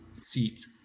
seat